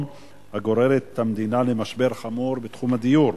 הגוררת את המדינה למשבר חמור בתחום הדיור,